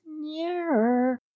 nearer